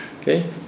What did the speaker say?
okay